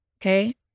Okay